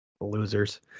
losers